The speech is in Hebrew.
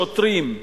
שוטרים,